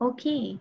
Okay